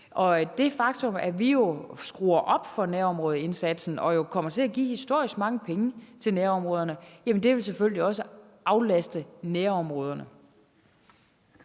Det faktum, at vi skruer op for nærområdeindsatsen og jo kommer til at give historisk mange penge til nærområderne, vil selvfølgelig også aflaste nærområderne.